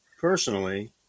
personally